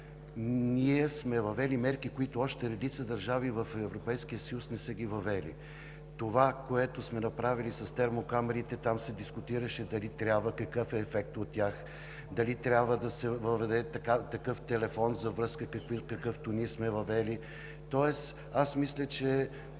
че сме въвели мерки, които редица държави в Европейския съюз още не са ги въвели. Това, което направихме с термокамерите – там се дискутираше какъв е ефектът от тях, дали трябва да се въведе телефон за връзка, какъвто ние сме въвели? Мисля, че